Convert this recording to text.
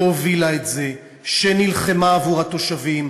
שהובילה את זה, שנלחמה עבור התושבים.